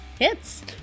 Hits